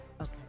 Okay